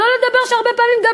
שלא לדבר על כך שהרבה פעמים אני גם